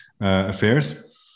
affairs